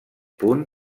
punt